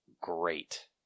great